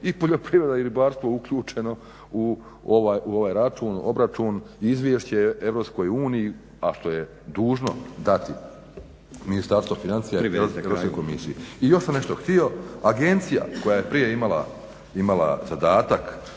i poljoprivreda i ribarstvo uključeno u ovaj račun, obračun, izvješće Europskoj Uniji, a što je dužno dati Ministarstvo financija… … /Upadica Stazić: Privedite kraju./ … Europskoj komisiji. I još sam nešto htio, agencija koja je prije imala zadatak